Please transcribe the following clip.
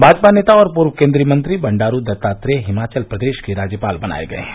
भाजपा नेता और पूर्व केन्द्रीय मंत्री बंडारू दत्तात्रेय हिमाचल प्रदेश के राज्यपाल बनाए गए हैं